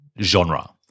genre